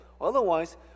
Otherwise